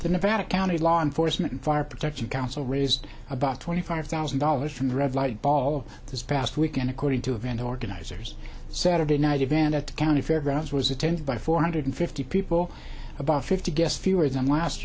nevada county law enforcement and fire protection council raised about twenty five thousand dollars from the red light ball this past weekend according to event organizers saturday night event at the county fairgrounds was attended by four hundred fifty people about fifty guests fewer than last